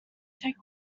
take